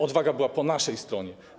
Odwaga była po naszej stronie.